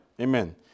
Amen